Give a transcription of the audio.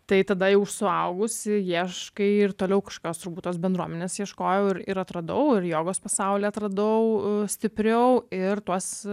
tai tada jau suaugusi ieškai ir toliau kažkokios turbūt tos bendruomenės ieškojau ir ir atradau ir jogos pasaulį atradau stipriau ir tuos